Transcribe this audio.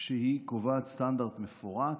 שהיא קובעת סטנדרט מפורט,